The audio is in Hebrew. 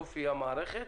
אופי המערכת,